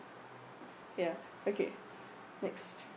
ya okay next